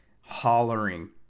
hollering